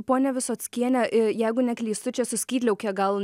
ponia visockiene jeigu neklystu čia su skydliauke gal